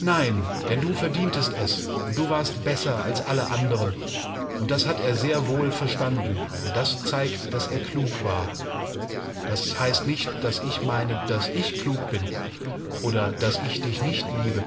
nein denn du verdientest es und warst besser als alle anderen und das hat er sehr wohl verstanden und das zeigt daß er klug war das heißt nicht daß ich meine daß ich klug bin oder daß ich dich nicht liebe